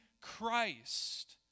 Christ